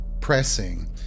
pressing